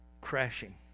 Crashing